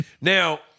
Now